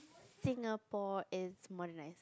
Singapore is modernizing